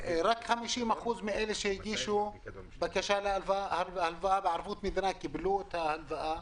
רק 50% מאלה שהגישו בקשה להלוואה בערבות המדינה קיבלו את ההלוואה,